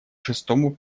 шестому